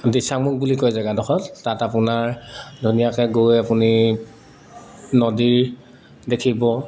দিছামুখ বুলি কয় জেগাডখৰত তাত আপোনাৰ ধুনীয়াকৈ গৈ আপুনি নদীৰ দেখিব